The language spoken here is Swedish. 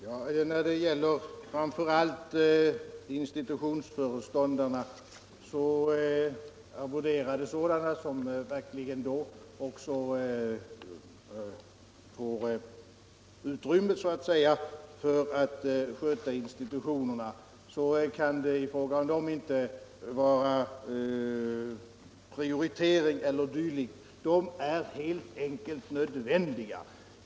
Herr talman! När det gäller framför allt arvoderade institutionsföreståndare, som verkligen får utrymme för att sköta institutionerna, kan det inte få röra sig om prioriteringar. De är helt enkelt nödvändiga.